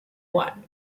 one